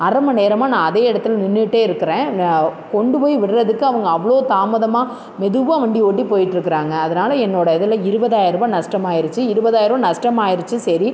அரை மணி நேரமாக நான் அதே இடத்துல நின்றுக்கிட்டே இருக்கிறேன் கொண்டு போய் விடுறதுக்கு அவங்க அவ்வளோ தாமதமாக மெதுவாக வண்டி ஓட்டி போயிட்டிருக்குறாங்க அதனால் என்னோடய இதில் இருபதாயிர ரூபா நஷ்டமாயிருச்சு இருவதாயிரம் நஷ்டமாயிருச்சு சரி